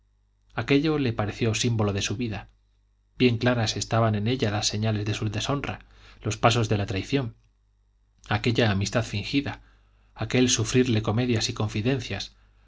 aquello le parecía símbolo de su vida bien claras estaban en ella las señales de su deshonra los pasos de la traición aquella amistad fingida aquel sufrirle comedias y confidencias